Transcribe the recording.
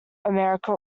america